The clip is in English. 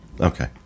Okay